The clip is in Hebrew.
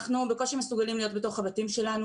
אנחנו בקושי מסוגלים להיות בתוך הבתים שלנו.